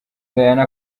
diana